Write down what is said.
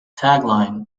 tagline